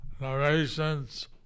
narrations